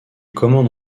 commande